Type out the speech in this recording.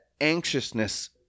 anxiousness